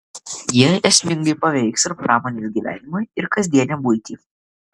jie esmingai paveiks ir pramonės gyvenimą ir kasdienę buitį